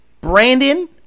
Brandon